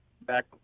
back